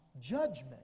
judgment